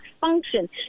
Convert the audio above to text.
function